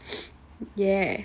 ya